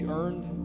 earned